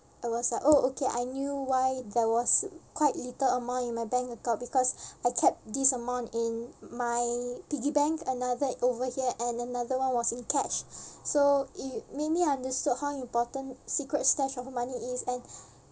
I was like oh okay I knew why there was quite little amount in my bank account because I kept this amount in my piggy bank another over here and another one was in cash so you made me understood how important secret stash of money is and